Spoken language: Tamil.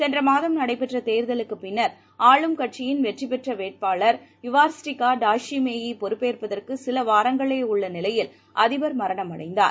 சென்ற மாதம் நடைபெற்ற தேர்தலுக்குப் பின்னர் ஆளும் கட்சியின் வெற்றி பெற்ற வேட்பாளர் இவாரிஸ்டா டாயிஷிமேயி பொறுப்பேற்பதற்கு சில வாரங்களே உள்ள நிலையில் அதிபர் மரணமடைந்தார்